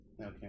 Okay